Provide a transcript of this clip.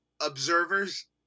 observers